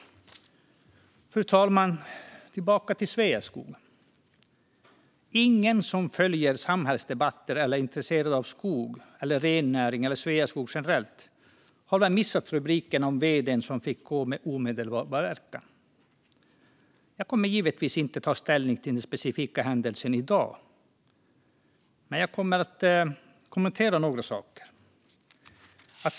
Fru talman! Jag ska gå tillbaka till Sveaskog. Ingen som följer samhällsdebatter eller är intresserad av skog, rennäring eller Sveaskog generellt har väl missat rubrikerna om vd:n som fick gå med omedelbar verkan. Jag kommer givetvis inte att ta ställning till den specifika händelsen i dag. Men jag kommer att kommentera några saker.